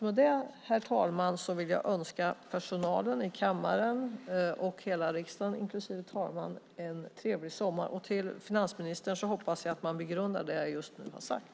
Med det, herr talman, vill jag önska personalen i kammaren och hela riksdagen inklusive talmannen en trevlig sommar. Till finansministern vill jag säga att jag hoppas att han begrundar det jag just har sagt.